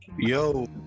Yo